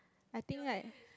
I think right